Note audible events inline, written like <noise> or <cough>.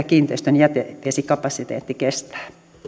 <unintelligible> kiinteistön jätevesikapasiteetti kestää